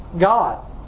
God